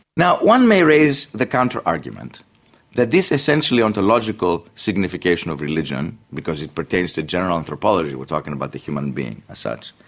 now, one may raise the counterargument that this essentially ontological signification of religion, because it pertains to general anthropology, we're talking about the human being as such,